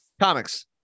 comics